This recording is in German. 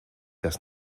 das